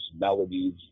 melodies